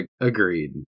Agreed